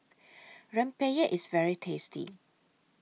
Rempeyek IS very tasty